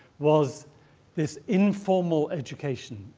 was this informal education,